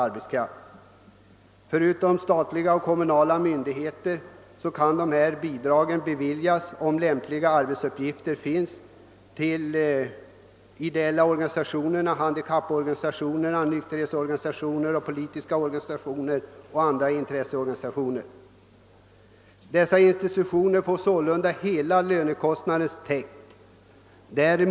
— Förutom till statliga och kommunala myndigheter kan dessa bidrag beviljas, om lämpliga arbetsuppgifter finns, till ideella organisationer, handikapporganisationer, nykterhetsorganisationer, politiska organisationer och andra intresseorganisationer. Dessa får sålunda hela lönekostnaden för arkivarbetarna täckt.